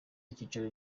icyicaro